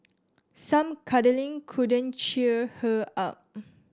some cuddling couldn't cheer her up